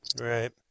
Right